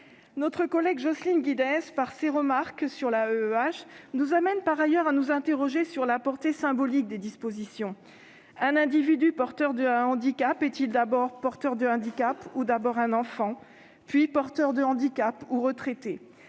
Notre collègue Jocelyne Guidez, par ses remarques sur l'AEEH, nous invite par ailleurs à nous interroger sur la portée symbolique des dispositions. Un individu porteur d'un handicap est-il d'abord porteur de handicap, ou d'abord un enfant ? Puis, porteur de handicap ou retraité ?